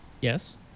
yes